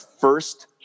first